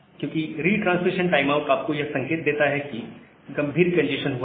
क्योंकि retransmission timeout आपको यह संकेत देता है कि गंभीर कंजेस्शन हुआ है